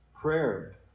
prayer